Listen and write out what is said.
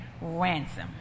ransom